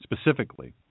specifically